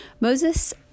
Moses